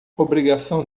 obrigação